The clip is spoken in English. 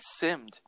simmed